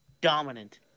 dominant